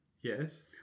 Yes